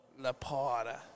Laporta